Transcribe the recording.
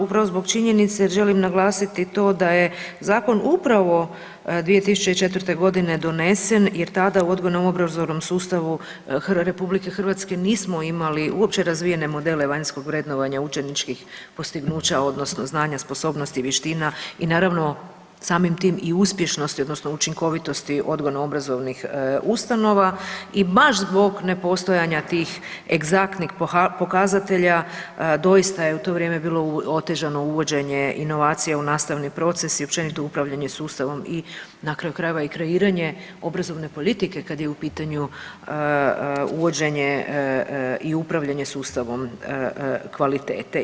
Upravo zbog činjenice jer želim naglasiti to da je zakon upravo 2004. g. donesen je tada u odgojno-obrazovnom sustavu RH nismo imali uopće razvijene modele vanjskog vrednovanja učeničkih postignuća odnosno znanja, sposobnosti i vještina i naravno, samim tim i uspješnosti odnosno učinkovitosti odgojno-obrazovnih ustanova i baš zbog nepostojanja tih egzaktnih pokazatelja, doista je u to vrijeme bilo otežano uvođenje inovacija u nastavni proces i općenit upravljanje sustavom i na kraju krajeva, i kreiranje obrazovne politike kad je u pitanju uvođenje i upravljanje sustavom kvalitete.